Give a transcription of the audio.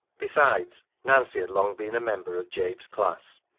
besides, nancy had long been a member of jabe's class,